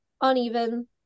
uneven